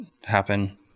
happen